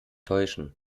täuschen